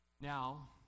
Now